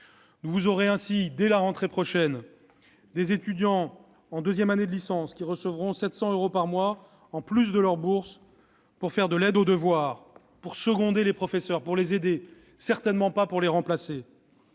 de transmettre. Ainsi, dès la rentrée prochaine, des étudiants en deuxième année de licence recevront 700 euros par mois, en plus de leur bourse, pour faire de l'aide aux devoirs, pour seconder les professeurs, et certainement pas pour les remplacer.